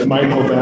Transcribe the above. Michael